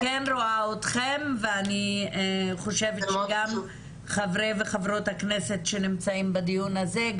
אני כן רואה אתכם ואני חושבת שגם חברי וחברות הכנסת שנמצאים בדיון הזה,